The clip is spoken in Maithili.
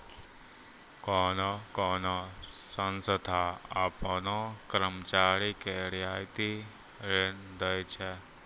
कोन्हो कोन्हो संस्था आपनो कर्मचारी के रियायती ऋण दै छै